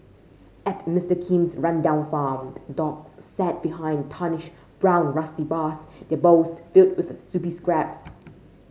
at Mister Kim's rundown farm dogs sat behind tarnished brown rusty bars their bowls filled with soupy scraps